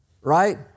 right